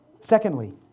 Secondly